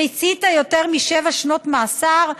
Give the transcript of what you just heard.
ריצית יותר משבע שנות מאסר?